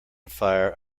fire